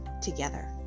together